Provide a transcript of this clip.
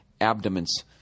abdomens